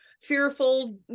fearful